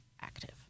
active